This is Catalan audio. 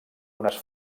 unes